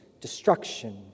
destruction